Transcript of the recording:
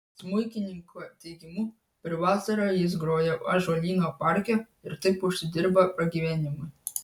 smuikininko teigimu per vasarą jis groja ąžuolyno parke ir taip užsidirba pragyvenimui